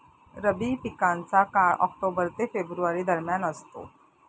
रब्बी पिकांचा काळ ऑक्टोबर ते फेब्रुवारी दरम्यान असतो